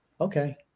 Okay